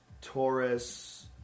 Taurus